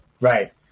Right